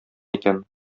икән